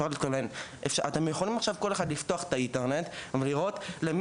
אתם יכולים עכשיו לפתוח את האינטרנט ולכתוב: ״למי